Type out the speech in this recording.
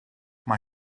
mae